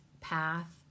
path